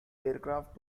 aircraft